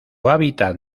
hábitat